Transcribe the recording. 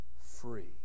free